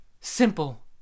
Simple